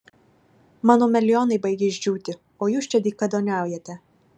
mano melionai baigia išdžiūti o jūs čia dykaduoniaujate